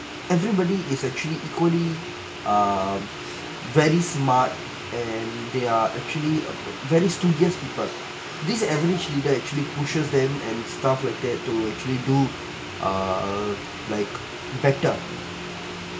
everybody is actually equally um very smart and they're actually very tedious people this average leader actually pushes them and stuff like that to actually do err like better